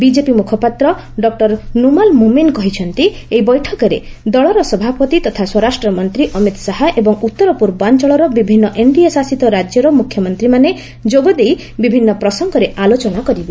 BJP ମୁଖପାତ୍ର doctor Numal Momin କହିଛନ୍ତି ଏହି ବୈଠକରେ ଦଳର ସଭାପତି ତଥା ସ୍ୱରାଷ୍ଟ୍ର ମନ୍ତ୍ରୀ ଅମିତ୍ ଶାହା ଏବଂ ଉତ୍ତର ପୂର୍ବାଞ୍ଚଳର ବିଭିନ୍ନ ଏନ୍ଡିଏ ଶାସିତ ରାଜ୍ୟର ମୁଖ୍ୟମନ୍ତ୍ରୀମାନେ ଯୋଗ ଦେଇ ବିଭିନ୍ନ ପ୍ରସଙ୍ଗରେ ଆଲୋଚନା କରିବେ